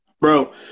Bro